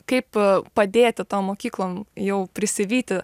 kaip padėti tom mokyklom jau prisivyti